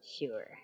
Sure